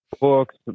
books